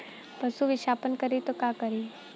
पशु विषपान करी त का करी?